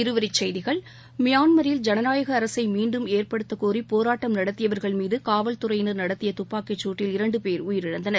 இநுவரிச்செய்திகள் மியான்மரில் ஜனநாயக அரசை மீண்டும் ஏற்படுத்தக்கோரி போராட்டம் நடத்தியவர்கள் மீது காவல்துறையினர் நடத்திய துப்பாக்கிச்சூட்டில் இரண்டு பேர் உயிரிழந்தனர்